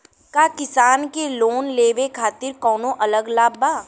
का किसान के लोन लेवे खातिर कौनो अलग लाभ बा?